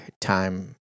time